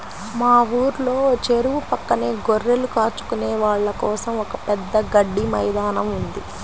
మా ఊర్లో చెరువు పక్కనే గొర్రెలు కాచుకునే వాళ్ళ కోసం ఒక పెద్ద గడ్డి మైదానం ఉంది